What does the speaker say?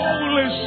Holy